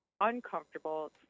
uncomfortable